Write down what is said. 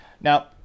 Now